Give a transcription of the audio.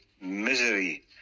misery